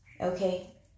Okay